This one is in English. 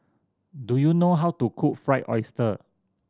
do you know how to cook Fried Oyster